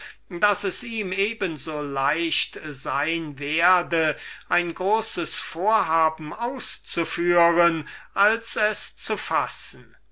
daß es ihm eben so leicht sein werde ein großes vorhaben auszuführen als es zu fassen